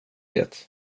det